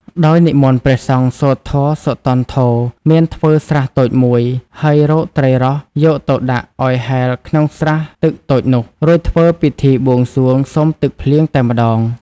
ដោយនិមន្តព្រះសង្ឃ សូត្រធម៌ សុតោន្ធោ មានធ្វើស្រះតូចមួយ ហើយរកត្រីរ៉ស់យកទៅដាក់ឱ្យហែលក្នុងស្រះទឹកតូចនោះ រួចធ្វើពិធីបួងសួងសុំទឹកភ្លៀងតែម្តងទៅ។